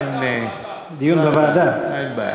אין, ועדה.